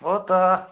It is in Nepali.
हो त